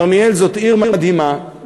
כרמיאל היא עיר מדהימה,